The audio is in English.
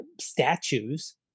statues